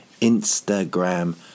Instagram